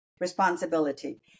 responsibility